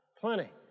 Plenty